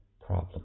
problem